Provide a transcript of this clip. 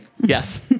Yes